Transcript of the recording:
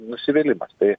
nusivylimas tai